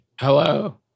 Hello